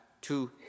two